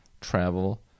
travel